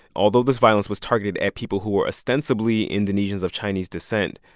although this violence was targeted at people who were ostensibly indonesians of chinese descent,